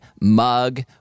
mug